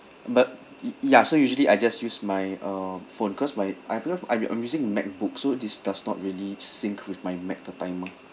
but y~ ya so usually I just use my uh phone cause my I because I'm I'm using macbook so it does not really sync with my mac the timer